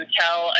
tell